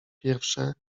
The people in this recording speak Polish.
pierwsze